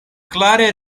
klare